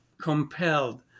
compelled